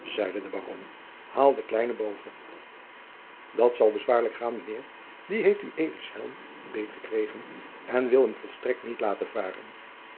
zeide de baron haal den kleinen boven dat zal bezwaarlijk gaan mijnheer die heeft ueds helm beet gekregen en wil hem volstrekt niet laten varen